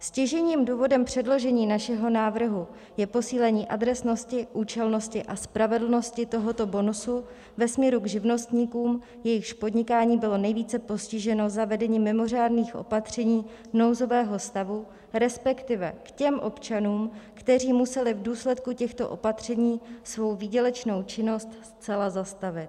Stěžejním důvodem předložení našeho návrhu je posílení adresnosti, účelnosti a spravedlnosti tohoto bonusu ve směru k živnostníkům, jejichž podnikání bylo nejvíce postiženo zavedením mimořádných opatření nouzového stavu, respektive k těm občanům, kteří museli v důsledku těchto opatření svou výdělečnou činnost zcela zastavit.